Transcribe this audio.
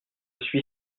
suis